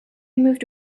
moved